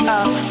up